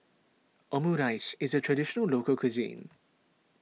Omurice is a Traditional Local Cuisine